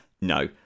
No